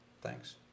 Thanks